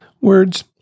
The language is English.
words